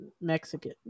mexican